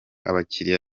abakiriya